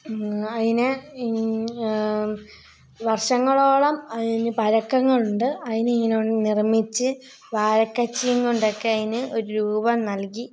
അതിന് വർഷങ്ങളോളം അതിന് പഴക്കങ്ങൾ ഉണ്ട് അതിന് ഇങ്ങനെയൊന്ന് നിർമിച്ച് വാഴക്കച്ചിയുംകൊണ്ടൊക്കെ അതിന് ഒരു രൂപം നൽകി